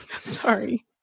sorry